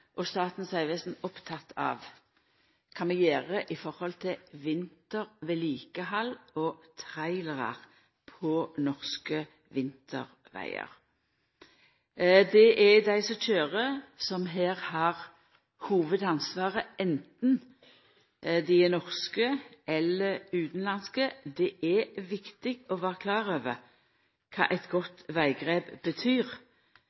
og Statens vegvesen er opptekne av kva vi gjer i forhold til vintervedlikehald og trailerar på norske vintervegar. Det er dei som køyrer, som her har hovudansvaret, anten dei er norske eller utanlandske. Det er viktig å vera klar over kva eit godt veggrep betyr.